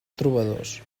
trobadors